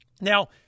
Now